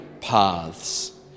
paths